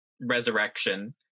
resurrection